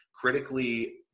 critically